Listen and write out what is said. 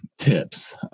tips